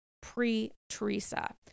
pre-Teresa